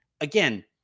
again